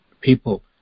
People